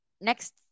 next